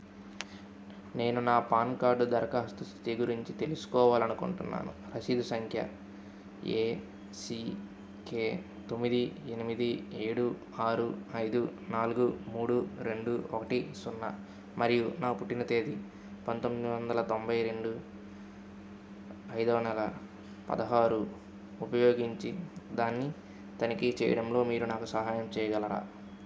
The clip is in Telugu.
నేను నా పాన్ కార్డు దరఖాస్తు స్థితి గురించి తెలుసుకోవాలి అనుకుంటున్నాను రసీదు సంఖ్య ఏసీకే తొమ్మిది ఎనిమిది ఏడు ఆరు ఐదు నాలుగు మూడు రెండు ఒకటి సున్నా మరియు నా పుట్టిన తేదీ పంతొమ్మది వందల తొంభై రెండు ఐదో నెల పదహారు ఉపయోగించి దాన్ని తనిఖీ చేయడంలో మీరు నాకు సహాయం చేయగలరా